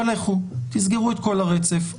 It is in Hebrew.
אבל תסגרו את כל הרצף.